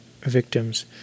victims